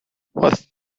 what